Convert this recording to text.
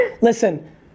Listen